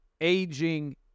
aging